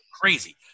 crazy